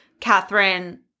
Catherine